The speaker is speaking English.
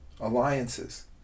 alliances